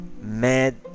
mad